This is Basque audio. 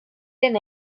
ren